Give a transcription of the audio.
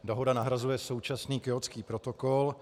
Dohoda nahrazuje současný Kjótský protokol.